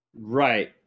Right